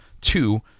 Two